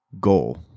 goal